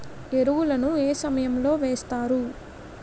ఎరువుల ను ఏ సమయం లో వేస్తారు?